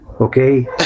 okay